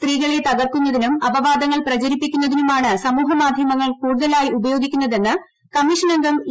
സ്ത്രീകളെ തകർക്കുന്നതിനും അപവാദങ്ങൾ പ്രചരിപ്പിക്കുന്നതിനുമാണ് സമൂഹ മാധ്യമങ്ങൾ കൂടുതലായി ഉപയോഗിക്കുന്നതെന്ന് കമ്മീഷൻ അംഗം ഇ